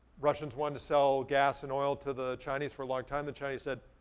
russians wanted to sell gas and oil to the chinese for a long time. the chinese said,